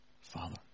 father